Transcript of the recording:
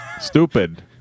Stupid